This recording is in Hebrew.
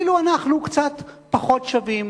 ואילו אנחנו קצת פחות שווים,